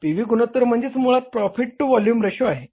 P V गुणोत्तर म्हणजे मुळात प्रॉफिट टू व्हॉल्युम रेशो आहे